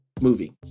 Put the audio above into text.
movie